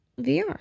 VR